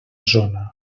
zona